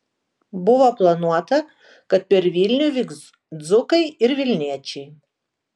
buvo planuota kad per vilnių vyks dzūkai ir vilniečiai